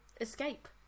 escape